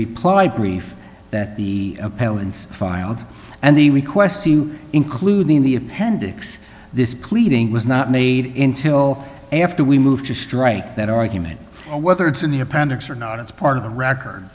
reply brief that the appellant's filed and the request including the appendix this pleading was not made in till after we moved to strike that argument or whether it's in the appendix or not it's part of the record